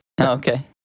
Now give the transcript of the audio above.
okay